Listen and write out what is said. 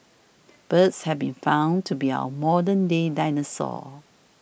birds have been found to be our modern day dinosaurs